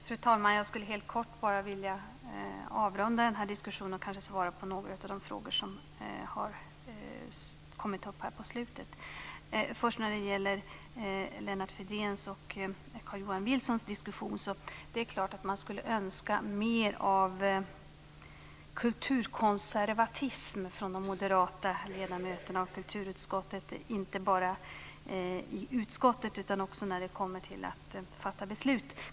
Fru talman! Jag skulle bara helt kort vilja avrunda den här diskussionen och kanske svara på några av de frågor som har kommit upp på slutet. Först gäller det Lennart Fridéns och Carl-Johan Wilsons diskussion. Det är klart att man skulle önska mer av kulturkonservatism från de moderata ledamöterna i kulturutskottet - inte bara i utskottet utan också när det kommer till att fatta beslut.